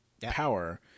power